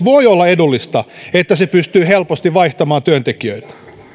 voi olla edullista että se pystyy helposti vaihtamaan työntekijöitä